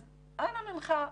אז אנא ממך,